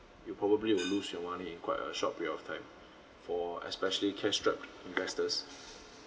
you probably will lose your money in quite a short period of time for especially cash strapped investors